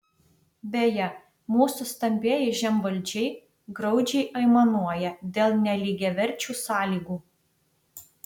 beje mūsų stambieji žemvaldžiai graudžiai aimanuoja dėl nelygiaverčių sąlygų